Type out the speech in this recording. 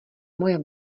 moje